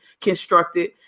constructed